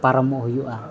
ᱯᱟᱨᱚᱢᱚᱜ ᱦᱩᱭᱩᱜᱼᱟ